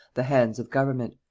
the hands of government,